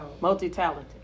multi-talented